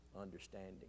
understanding